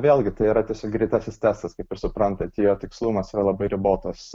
vėlgi tai yra tiesiog greitasis testas kaip ir suprantat jo tikslumas yra labai ribotas